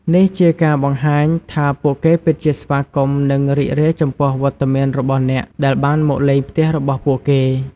នេះជាការបង្ហាញថាពួកគេពិតជាស្វាគមន៍និងរីករាយចំពោះវត្តមានរបស់អ្នកដែលបានមកលេងផ្ទះរបស់ពួកគេ។